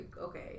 okay